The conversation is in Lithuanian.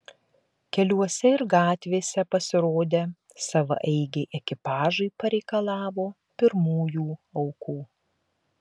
keliuose ir gatvėse pasirodę savaeigiai ekipažai pareikalavo pirmųjų aukų